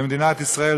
למדינת ישראל,